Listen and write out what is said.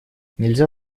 нельзя